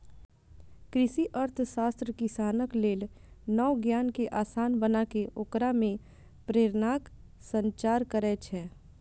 कृषि अर्थशास्त्र किसानक लेल नव ज्ञान कें आसान बनाके ओकरा मे प्रेरणाक संचार करै छै